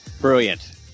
Brilliant